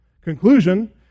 Conclusion